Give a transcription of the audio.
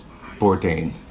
Bourdain